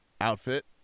outfit